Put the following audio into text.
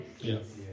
yes